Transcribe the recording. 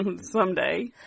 someday